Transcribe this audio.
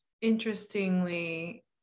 interestingly